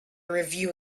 review